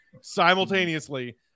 simultaneously